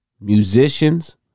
musicians